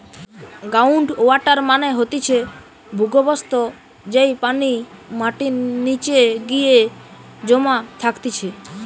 ground water মানে হতিছে ভূর্গভস্ত, যেই পানি মাটির নিচে গিয়ে জমা থাকতিছে